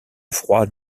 froid